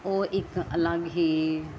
ਉਹ ਇੱਕ ਅਲੱਗ ਹੀ